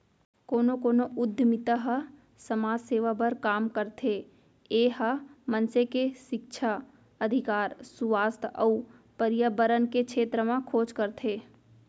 कोनो कोनो उद्यमिता ह समाज सेवा बर काम करथे ए ह मनसे के सिक्छा, अधिकार, सुवास्थ अउ परयाबरन के छेत्र म खोज करथे